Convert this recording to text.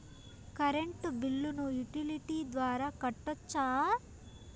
Current బిల్లును utility ద్వారా కట్టొచ్చా?